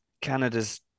Canada's